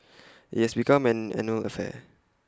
IT has become an annual affair